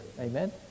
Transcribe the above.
Amen